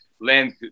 land